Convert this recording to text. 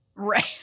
Right